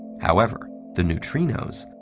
however, the neutrinos,